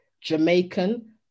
Jamaican